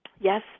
Yes